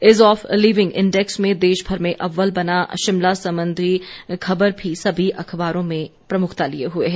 ease of living index में देशभर में अव्वल बना शिमला संबंधी खबर भी समी अखबारों में प्रमुखता लिए हुए है